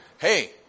hey